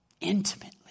Intimately